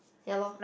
ya lor